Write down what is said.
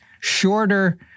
shorter